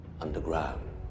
underground